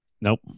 nope